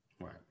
right